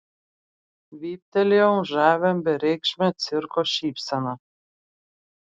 vyptelėjau žavia bereikšme cirko šypsena